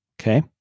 Okay